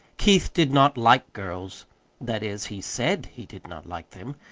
keith did not like girls that is, he said he did not like them.